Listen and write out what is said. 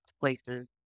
places